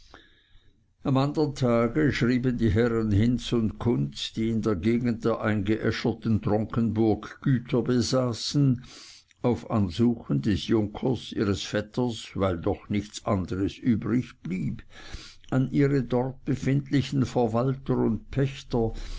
am andern tage schrieben die herren hinz und kunz die in der gegend der eingeäscherten tronkenburg güter besaßen auf ansuchen des junkers ihres vetters weil doch nichts anders übrigblieb an ihre dort befindlichen verwalter und pächter